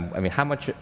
i mean, how much,